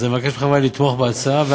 אבקש מחברי לתמוך בהצעה.